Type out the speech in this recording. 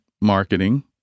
marketing